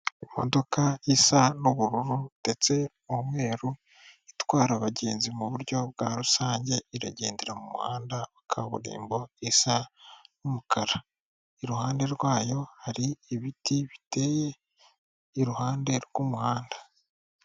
Imodoka isa n'ubururu ndetse n'umweru itwara abagenzi mu buryo bwa rusange iragendera mu muhanda wa kaburimbo isa n'umukara, iruhande rwayo hari ibiti biteye iruhande rw'umuhanda.